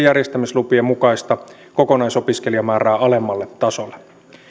järjestämislupien mukaista kokonaisopiskelijamäärää alemmalle tasolle